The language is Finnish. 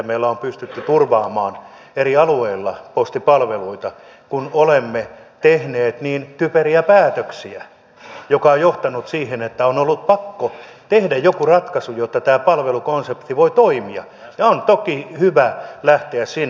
meillä on pystytty turvaamaan eri alueilla postipalveluita kun olemme tehneet typeriä päätöksiä jotka ovat johtaneet siihen että on ollut pakko tehdä joku ratkaisu jotta tämä palvelukonsepti voi toimia ja on toki hyvä lähteä sinne